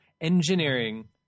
engineering